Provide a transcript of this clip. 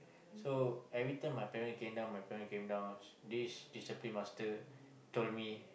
so every time my parent came down my parent came down this discipline master told me